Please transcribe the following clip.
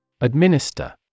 Administer